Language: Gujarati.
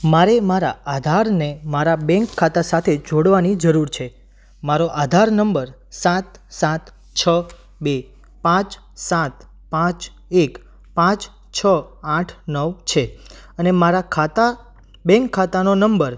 મારે મારા આધારને મારા બેંક ખાતા સાથે જોડવાની જરૂર છે મારો આધાર નંબર સાત સાત છ બે પાંચ સાત પાંચ એક પાંચ છ આઠ નવ છે અને મારો બેંક ખાતાનો નંબર